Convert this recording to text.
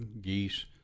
geese